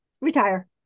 Retire